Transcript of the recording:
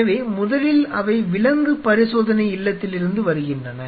எனவே முதலில் அவை விலங்கு பரிசோதனை இல்லத்திலிருந்து வருகின்றன